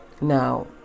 Now